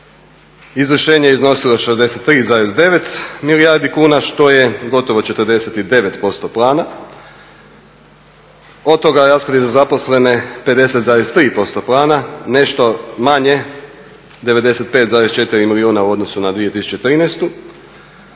izvršenje je iznosilo 63,9 milijardi kuna što je gotovo 49% plana. Od toga rashodi za zaposlene 50,3% plana, nešto manje 95,4 milijuna u odnosu na 2013.